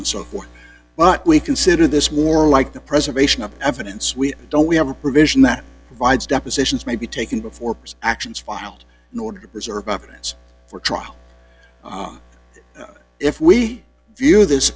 and so forth but we consider this more like the preservation of evidence we don't we have a provision that divides depositions may be taken before actions filed in order to preserve evidence for trial on if we view this